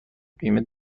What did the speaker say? بیمه